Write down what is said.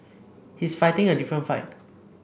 he's fighting a different fight